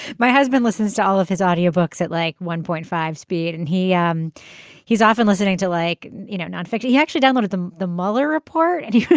my husband listens to all of his audio books at like one point five speed and he and he's often listening to like you know know in fact he he actually downloaded the the muller report and he